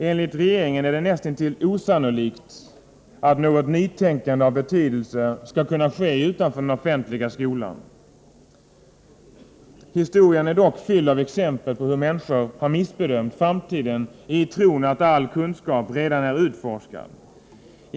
Enligt regeringen är det näst intill osannolikt att något nytänkande av betydelse skall ske utanför den offentliga skolan. Historien är dock fylld av exempel på hur människor har missbedömt framtiden i tron att all kunskap redan är utforskad.